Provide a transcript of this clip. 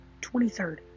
23rd